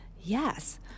Yes